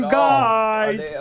guys